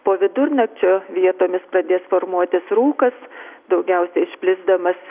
po vidurnakčio vietomis pradės formuotis rūkas daugiausiai išplisdamas